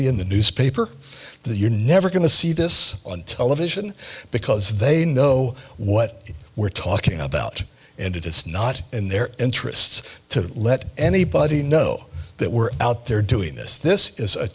be in the newspaper that you never going to see this on television because they know what we're talking about and it's not in their interests to let anybody know that we're out there doing this this is a